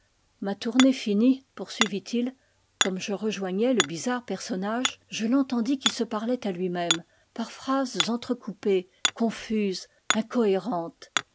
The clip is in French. ma tournée finie poursuivit-il comme je rejoignais le bizarre personnage je l'entendis qui se parlait à lui-même par phrases entrecoupées confuses incohérentes